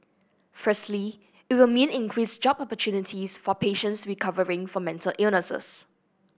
firstly it will mean increased job opportunities for patients recovering from mental illness